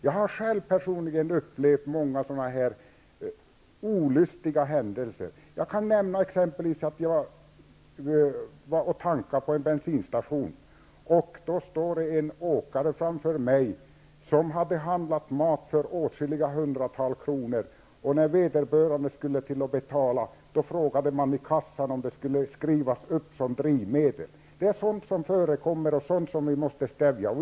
Jag har personligen upplevt många sådana här olustiga händelser. Jag kan exempelvis nämna vad jag hörde på en bensinstation när jag hade tankat och stod bakom en åkare som hade handlat mat för åtskilliga hundratals kronor. När vederbörande skulle betala frågade man i kassan om det skulle skrivas upp som drivmedel. Sådant förkommer, och det måste stävjas.